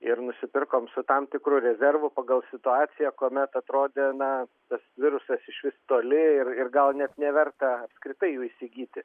ir nusipirkom su tam tikru rezervu pagal situaciją kuomet atrodė na tas virusas išvis toli ir ir gal net neverta apskritai jų įsigyti